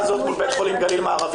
הזאת מול בית חולים גליל מערבי,